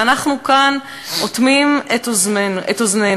ואנחנו כאן אוטמים את אוזנינו.